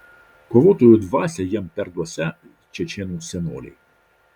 kovotojų dvasią jiems perduosią čečėnų senoliai